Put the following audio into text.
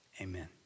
amen